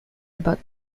about